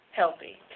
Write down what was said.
healthy